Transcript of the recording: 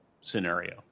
scenario